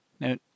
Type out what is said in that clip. Now